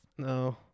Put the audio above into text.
No